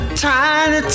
tiny